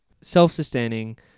self-sustaining